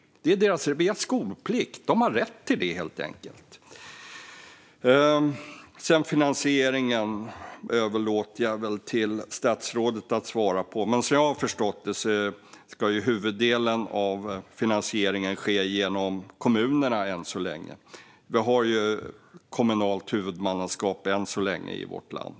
Vi har skolplikt; de har rätt till det, helt enkelt. Finansieringen överlåter jag väl till statsrådet att svara på. Men som jag förstått det ska huvuddelen av finansieringen än så länge ske genom kommunerna. Vi har ju än så länge kommunalt huvudmannaskap i vårt land.